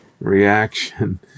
reaction